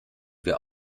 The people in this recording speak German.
wir